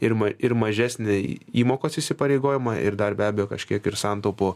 ir ma ir mažesnę įmokos įsipareigojimą ir dar be abejo kažkiek ir santaupų